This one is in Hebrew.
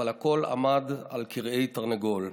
אבל הכול עמד על כרעי תרנגולת.